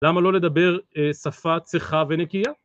למה לא לדבר שפה צחה ונקייה?